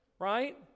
right